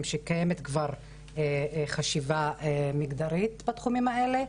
שקיימת כבר חשיבה מגדרית בתחומים האלה,